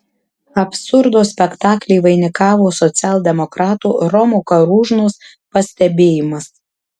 absurdo spektaklį vainikavo socialdemokrato romo karūžnos pastebėjimas